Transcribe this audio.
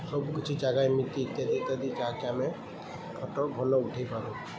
ସବୁକିଛି ଜାଗା ଏମିିତି ଇତ୍ୟାଦି ଇତ୍ୟାଦି ଯାହାକି ଆମେ ଫଟୋ ଭଲ ଉଠେଇପାରୁ